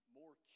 more